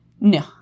No